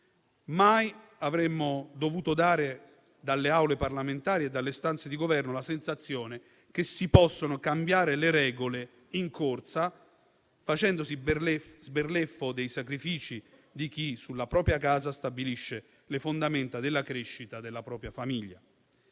Mai avremmo dovuto dare, dalle Aule parlamentari e dalle stanze di Governo, la sensazione che si possono cambiare le regole in corsa, facendosi beffa dei sacrifici di chi sulla propria casa stabilisce le fondamenta della crescita della propria famiglia.